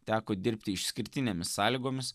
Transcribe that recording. teko dirbti išskirtinėmis sąlygomis